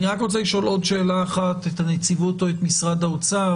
אני רק רוצה לשאול עוד שאלה אחת את הנציבות או את משרד האוצר.